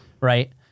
right